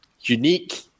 unique